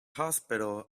hospital